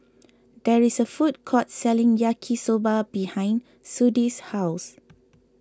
there is a food court selling Yaki Soba behind Sudie's house